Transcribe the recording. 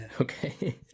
Okay